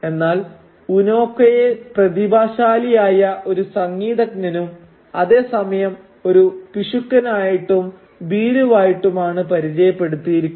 എന്നാൽ ഉനോകയെ പ്രതിഭാശാലിയായ ഒരു സംഗീതജ്ഞനും അതേസമയം ഒരു പിശുക്കനായിട്ടും ഭീരുവായിട്ടുമാണ് പരിചയപ്പെടുത്തിയിരിക്കുന്നത്